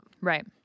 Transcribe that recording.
Right